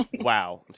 Wow